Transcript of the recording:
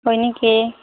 হয় নেকি